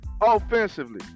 offensively